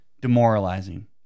demoralizing